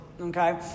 Okay